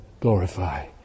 glorify